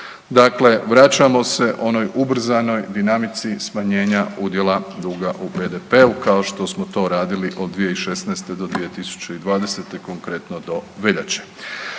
dakle vraćamo se onoj ubrzanoj dinamici smanjenja udjela duga u BDP-u, kao što smo to radili od 2016. do 2020., konkretno do veljače.